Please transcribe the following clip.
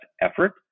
effort